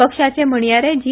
पक्षाचे म्हणयारे जी